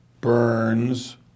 Burns